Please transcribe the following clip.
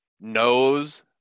knows